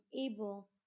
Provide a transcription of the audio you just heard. able